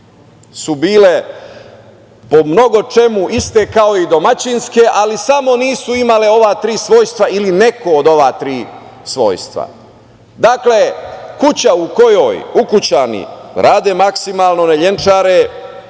su bile po mnogo čemu iste kao i domaćinske, ali samo nisu imale ova tri svojstva ili neko od ova tri svojstva. Dakle, kuća u kojoj ukućani rade maksimalno, ne lenčare,